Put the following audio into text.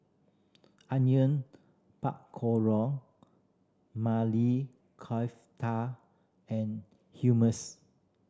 Onion Pakoro Mali and